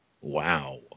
Wow